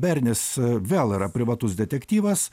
bernis vėl yra privatus detektyvas